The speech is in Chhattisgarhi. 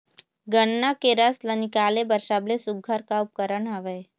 गन्ना के रस ला निकाले बर सबले सुघ्घर का उपकरण हवए?